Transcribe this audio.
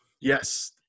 Yes